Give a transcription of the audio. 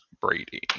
Brady